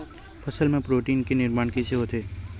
फसल मा प्रोटीन के निर्माण कइसे होथे?